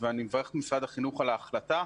אני מברך את משרד החינוך על ההחלטה.